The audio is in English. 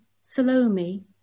Salome